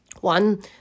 One